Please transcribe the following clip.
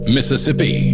Mississippi